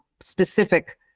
specific